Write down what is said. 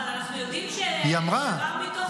אבל אנחנו יודעים דבר מתוך דבר.